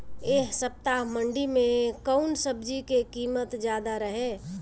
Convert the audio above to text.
एह सप्ताह मंडी में कउन सब्जी के कीमत ज्यादा रहे?